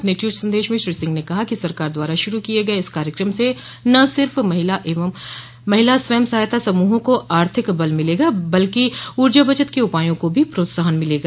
अपने ट्वीट संदेश में श्री सिंह ने कहा कि सरकार द्वारा शुरू किये गये इस कार्यक्रम से न सिर्फ महिला स्वयं सहायता समूहों को आर्थिक बल मिलेगा बल्कि ऊर्जा बचत के उपायों को भी प्रोत्साहन मिलेगा